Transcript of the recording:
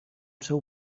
seu